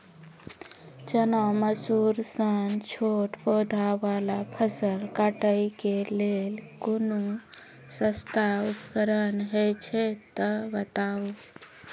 चना, मसूर सन छोट पौधा वाला फसल कटाई के लेल कूनू सस्ता उपकरण हे छै तऽ बताऊ?